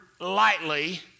lightly